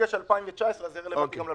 שביקש 2019, זה יהיה רלוונטי גם ל-2019.